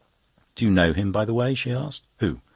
do you know him, by the way? she asked. who?